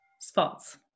Spots